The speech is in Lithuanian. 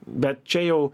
bet čia jau